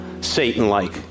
Satan-like